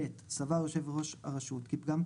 11/ב'.סבר יושב ראש הראשות כי פגם,